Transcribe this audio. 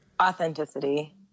Authenticity